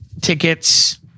tickets